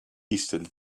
easton